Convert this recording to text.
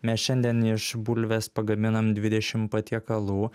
mes šiandien iš bulvės pagaminam dvidešimt patiekalų